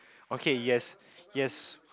okay yes yes